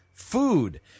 food